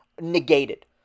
negated